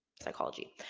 psychology